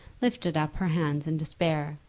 lifted up her hands in despair.